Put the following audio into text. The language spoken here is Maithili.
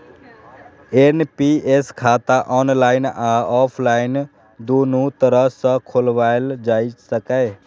एन.पी.एस खाता ऑनलाइन आ ऑफलाइन, दुनू तरह सं खोलाएल जा सकैए